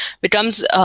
becomes